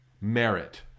Merit